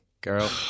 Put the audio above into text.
girl